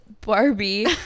Barbie